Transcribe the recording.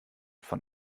von